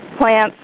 plants